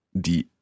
die